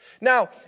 Now